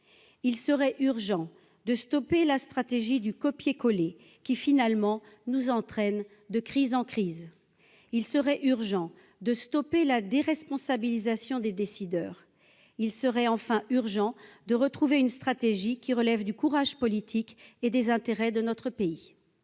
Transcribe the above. il serait urgent de stopper la stratégie du copier/coller qui finalement nous entraîne de crise en crise, il serait urgent de stopper la déresponsabilisation des décideurs, il serait enfin urgent de retrouver une stratégie qui relève du courage politique et des intérêts de notre pays.